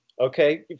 Okay